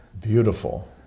beautiful